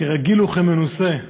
כרגיל וכמנוסה.